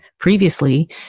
Previously